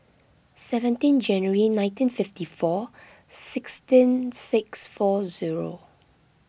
seventeen January nineteen fifty four sixteen six four zero